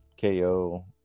KO